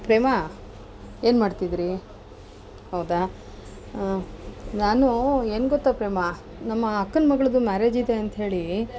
ಪ್ರೇಮ ಏನ್ಮಾಡ್ತಿದ್ರಿ ಹೌದಾ ನಾನು ಏನು ಗೊತ್ತಾ ಪ್ರೇಮ ನಮ್ಮ ಅಕ್ಕನ ಮಗಳಿಗೆ ಮ್ಯಾರೇಜ್ ಇದೆ ಅಂತ ಹೇಳಿ